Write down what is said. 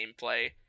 gameplay